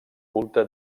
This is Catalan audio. culte